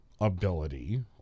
ability